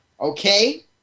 okay